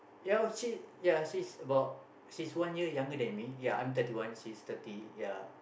ya she ya she's about she's one year younger than me ya I'm thirty one she's thirty ya